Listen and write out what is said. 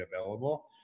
available